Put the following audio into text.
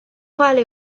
quale